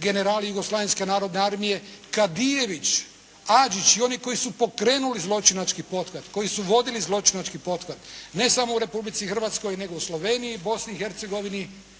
generali Jugoslavenske narodne armije Kadijević, Adžić i oni koji su pokrenuli zločinački pothvat, koji su vodili zločinački pothvat ne samo u Republici Hrvatskoj, nego u Sloveniji, Bosni i Hercegovini.